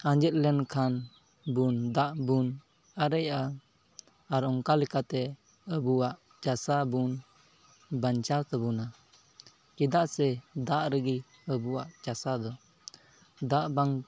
ᱟᱸᱡᱮᱫ ᱞᱮᱱᱠᱷᱟᱱ ᱵᱚᱱ ᱫᱟᱜ ᱵᱚᱱ ᱟᱨᱮᱡᱟᱜᱼᱟ ᱟᱨ ᱚᱱᱠᱟ ᱞᱮᱠᱟᱛᱮ ᱟᱵᱚᱣᱟᱜ ᱪᱟᱥᱟ ᱵᱚᱱ ᱵᱟᱧᱪᱟᱣ ᱛᱟᱵᱚᱱᱟ ᱪᱮᱫᱟᱜ ᱥᱮ ᱫᱟᱜ ᱨᱮᱜᱮ ᱟᱵᱚᱣᱟᱜ ᱪᱟᱥᱟ ᱫᱚ ᱫᱟᱜ ᱵᱟᱝ